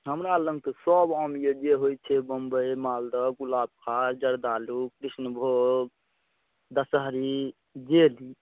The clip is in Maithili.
हमरालग तऽ सब आम अइ जे होइ छै बम्बइ मालदह गुलाबखास जरदालू कृष्णभोग दसहरी जे ली